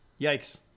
Yikes